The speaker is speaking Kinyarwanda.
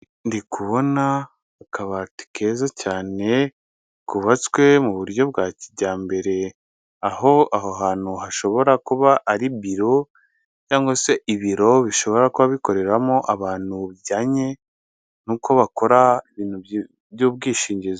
Ndikubona akabati keza cyane kubatswe mu buryo bwa kijyambere aho aho hantu hashobora kuba ari biro cyangwa se ibiro bishobora kuba bikoreramo abantu bijyanye n'uko bakora ibintu by'ubwishingizi.